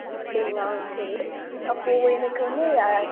ஓ அப்படிங்களா சரி அப்போ எனக்கு வந்து